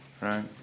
right